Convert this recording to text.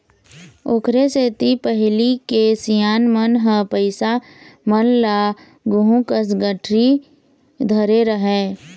ओखरे सेती पहिली के सियान मन ह पइसा मन ल गुहूँ कस गठरी धरे रहय